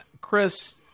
Chris